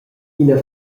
ina